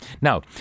Now